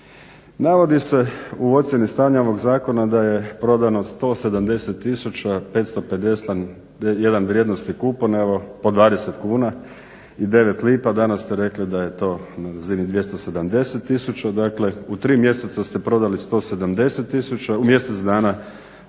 Navodi se u ocjeni stanja ovoga zakona da je prodano 170 tisuća 551 vrijednosni kupon po 20 kuna i 9 lipa, danas ste rekli da je to na razini 270 tisuća, dakle u tri mjeseca ste prodali 170 tisuća, u mjesec dana